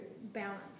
balance